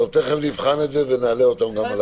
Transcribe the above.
תיכף נבחן את זה ונעלה אותם.